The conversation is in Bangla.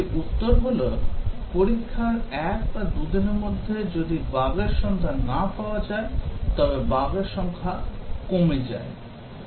একটি উত্তর হল পরীক্ষার এক বা দুদিনের মধ্যে যদি বাগের সন্ধান না পাওয়া যায় তবে বাগের সংখ্যা কমে যায়